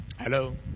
Hello